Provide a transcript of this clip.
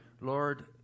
Lord